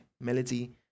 Melody